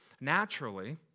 naturally